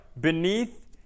beneath